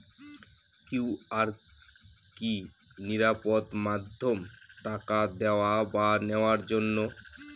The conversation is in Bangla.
কিউ.আর কি নিরাপদ মাধ্যম টাকা দেওয়া বা নেওয়ার জন্য?